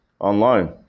online